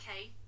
Okay